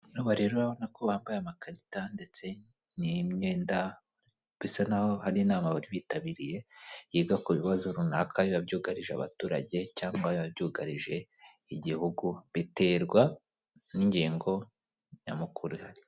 Aba rero urabona ko bambaye amakarita ndetse n'imyenda, bisa n'aho hari inama bari bitabiriye yiga ku bibazo runaka biba byugarije abaturage cyangwa biba byugarije igihugu, biterwa n'ingingo nyamukuru ihari.